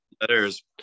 letters